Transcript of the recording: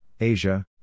Asia